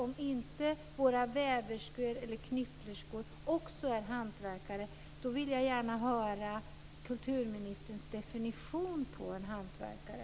Om inte våra väverskor eller knypplerskor också är hantverkare - då vill jag gärna höra kulturministerns definition på en hantverkare.